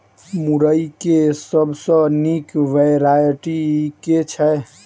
मुरई केँ सबसँ निक वैरायटी केँ छै?